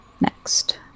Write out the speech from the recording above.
next